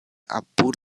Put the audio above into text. apud